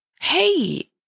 hey